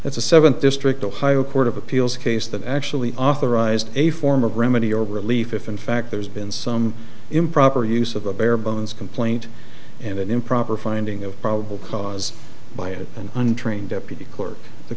the seventh district ohio court of appeals case that actually authorized a form of remedy or relief if in fact there's been some improper use of a bare bones complaint and an improper finding of probable cause by it and untrained deputy clerk the